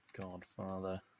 godfather